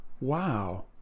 Wow